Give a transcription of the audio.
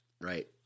Right